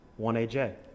1AJ